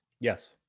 Yes